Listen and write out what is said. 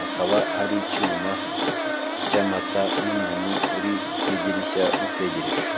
hakaba ari icyuma cy'amata n'umuntu uri ku idirishya utegereje.